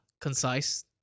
concise